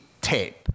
tape